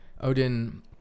Odin